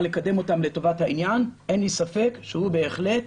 לקדם אותם לטובת העניין אין לי ספק שהוא בהחלט